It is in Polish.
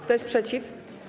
Kto jest przeciw?